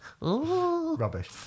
Rubbish